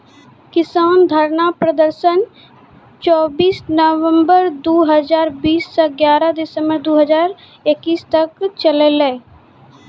किसान धरना प्रदर्शन चौबीस नवंबर दु हजार बीस स ग्यारह दिसंबर दू हजार इक्कीस तक चललै